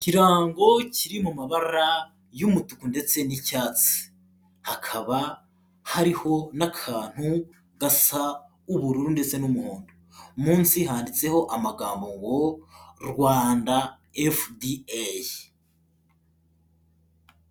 Ikirango kiri mu maba y'umutuku ndetse n'icyatsi, hakaba hariho n'akantu gasa ubururu ndetse n'umuhondo, munsi handitseho amagambo ngo Rwanda FDA.